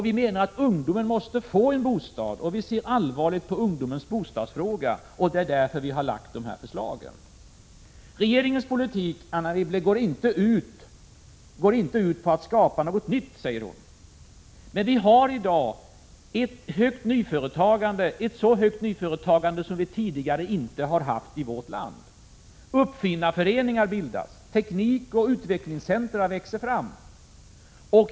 Vi menar att ungdomen måste få bostad, och därför ser vi allvarligt på bostadsfrågan. Därför har vi också lagt fram de här förslagen. Regeringens politik går inte ut på att skapa något nytt, säger Anne Wibble. Vi har i dag ett större nyföretagande än någonsin tidigare i vårt land. Uppfinnarföreningar bildas, teknikoch utvecklingscentra växer fram.